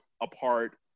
apart